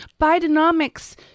Bidenomics